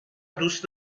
دوست